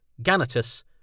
Ganatus